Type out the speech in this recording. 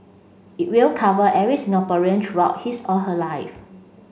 it will cover every Singaporean throughout his or her life